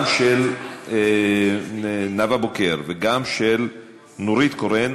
גם של נאוה בוקר וגם של נורית קורן,